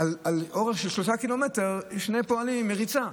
על אורך של 3 קילומטר שני פועלים עם מריצה.